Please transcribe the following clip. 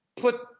put